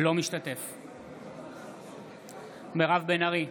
אינו משתתף בהצבעה מירב בן ארי,